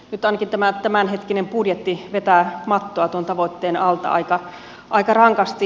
nyt ainakin tämänhetkinen budjetti vetää mattoa tuon tavoitteen alta aika rankasti